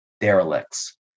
derelicts